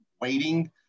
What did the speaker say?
waiting